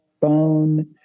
phone